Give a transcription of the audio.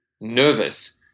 nervous